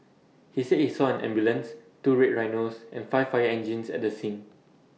he said he saw an ambulance two red Rhinos and five fire engines at the scene